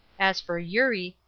as for eurie,